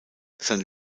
seine